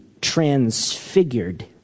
transfigured